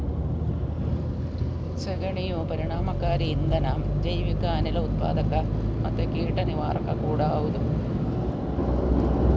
ಸೆಗಣಿಯು ಪರಿಣಾಮಕಾರಿ ಇಂಧನ, ಜೈವಿಕ ಅನಿಲ ಉತ್ಪಾದಕ ಮತ್ತೆ ಕೀಟ ನಿವಾರಕ ಕೂಡಾ ಹೌದು